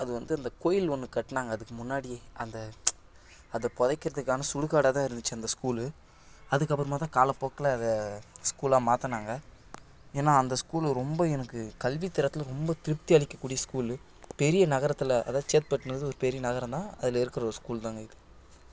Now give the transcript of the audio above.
அது வந்து இந்த கோவில் ஒன்று கட்டினாங்க அதுக்கு முன்னாடியே அந்த அது புதைக்குறதுக்கான சுடுகாடாக தான் இருந்துச்சு அந்த ஸ்கூலு அதுக்கப்புறமா தான் காலப்போக்கில் அதை ஸ்கூலாக மாற்றினாங்க ஏன்னா அந்த ஸ்கூல் ரொம்ப எனக்கு கல்வி தரத்தில் ரொம்ப திருப்தி அளிக்கக்கூடிய ஸ்கூலு பெரிய நகரத்தில் அதாவது சேத்பட்டுங்குறது ஒரு பெரிய நகரம் தான் அதில் இருக்கிற ஒரு ஸ்கூல் தான்ங்க இது